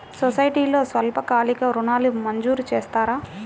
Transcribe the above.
సొసైటీలో స్వల్పకాలిక ఋణాలు మంజూరు చేస్తారా?